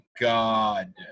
God